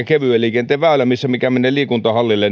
kevyen liikenteen väylällä mikä menee liikuntahallille